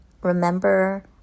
remember